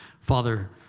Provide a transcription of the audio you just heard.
Father